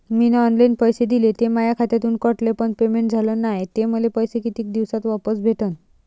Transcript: मीन online पैसे दिले, ते माया खात्यातून कटले, पण पेमेंट झाल नायं, ते पैसे मले कितीक दिवसात वापस भेटन?